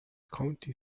county